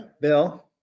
bill